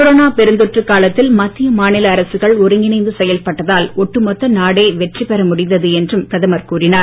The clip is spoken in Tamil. கொரோனா பெருந்தொற்று காலத்தில் மத்திய மாநில அரசுகள் ஒருங்கிணைந்து செயல்பட்டதால் ஒட்டுமொத்த நாடே வெற்றி பெற முடிந்தது என்றும் பிரதமர் கூறினார்